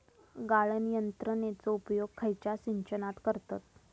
गाळण यंत्रनेचो उपयोग खयच्या सिंचनात करतत?